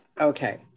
Okay